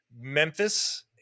Memphis